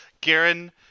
Garen